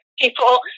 people